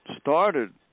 started